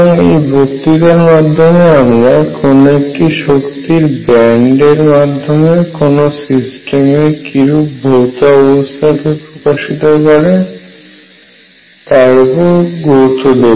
সুতরাং এই বক্তৃতার মাধ্যমে আমরা কোন একটি শক্তির ব্যান্ড এর মাধ্যমে কোন সিস্টেম এর কীরূপ ভৌত অবস্থা কে প্রকাশিত করে তার উপর গুরুত্ব দেব